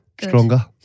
Stronger